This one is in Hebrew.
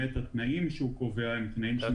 התנאים שהוא קובע הם תנאים...